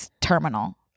terminal